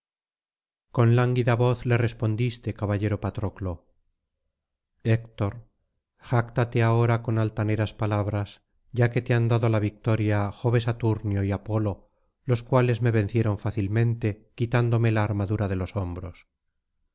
con lánguida voz le respondiste caballero patroclo héctor jáctate ahora con altaneras palabras ya que te han dado la victoria jove saturnio y apolo los cuales me vencieron fácilmente quitándome la armadura de los hombros